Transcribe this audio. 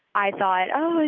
i thought, oh,